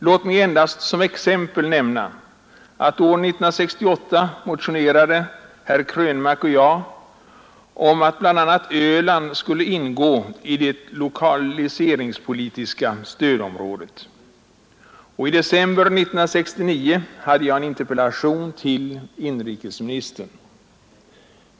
Låt mig endast som exempel nämna att år 1968 motionerade herr Krönmark och jag om att bl.a. Öland skulle ingå i det lokaliseringspolitiska stödområdet. Och i december 1969 framställde jag en interpellation till inrikesministern.